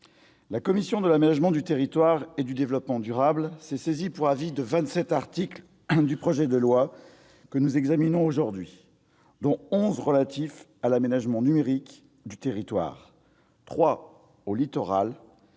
la commission de l'aménagement du territoire et du développement durable s'est saisie pour avis de vingt-sept articles du projet de loi que nous examinons aujourd'hui : onze sont relatifs à l'aménagement numérique du territoire, trois ont trait